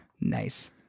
Nice